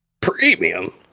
premium